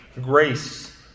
grace